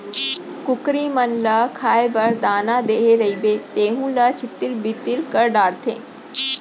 कुकरी मन ल खाए बर दाना देहे रइबे तेहू ल छितिर बितिर कर डारथें